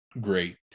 great